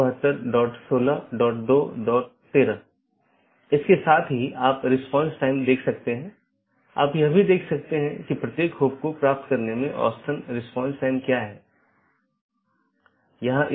इसलिए मैं एकल प्रविष्टि में आकस्मिक रूटिंग विज्ञापन कर सकता हूं और ऐसा करने में यह मूल रूप से स्केल करने में मदद करता है